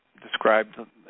described